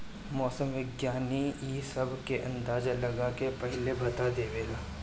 मौसम विज्ञानी इ सब के अंदाजा लगा के पहिलहिए बता देवेला